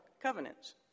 covenants